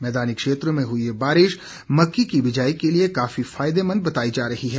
मैदानी क्षेत्रों में हुई ये बारिश मक्की की बिजाई के लिए फायदेमंद बताई जा रही है